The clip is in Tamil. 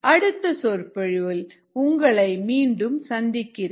அடுத்த சொற்பொழிவில் உங்களை மீண்டும் சந்திக்கிறேன்